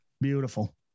Beautiful